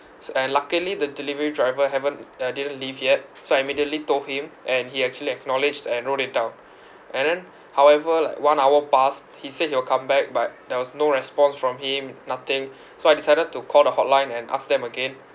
s~ and luckily the delivery driver haven't uh didn't leave yet so I immediately told him and he actually acknowledged and wrote it down and then however like one hour passed he said he will come back but there was no response from him nothing so I decided to call the hotline and ask them again